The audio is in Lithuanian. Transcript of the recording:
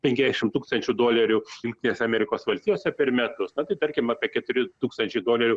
penkiasdešim tūkstančių dolerių jungtinėse amerikos valstijose per metus na tai tarkim apie keturi tūkstančiai dolerių